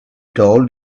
told